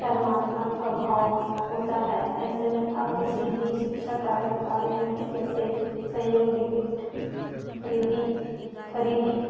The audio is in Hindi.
सकारात्मक प्रभाव होता है ऐसे में आप किसी भी शिक्षा कार्य कार्य में जैसे सहयोग डिगिट ख़रीदी ख़रीदी का